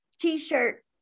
t-shirt